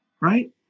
right